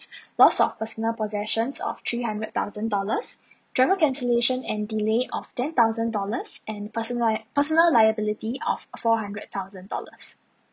loss of personal possessions of three hundred thousand dollars travel cancellation and delay of ten thousand dollars and person li~ personal liability of four hundred thousand dollars